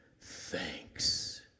thanks